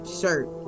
shirt